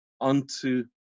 unto